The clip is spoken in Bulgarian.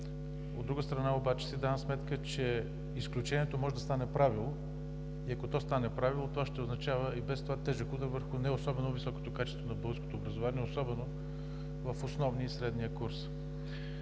От друга страна обаче, си давам сметка, че изключението може да стане правило и ако стане правило, то ще означава и без това тежък удар върху неособено високото качество на българското образование, особено в основния и средния курс.